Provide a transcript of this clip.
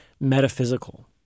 metaphysical